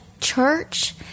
church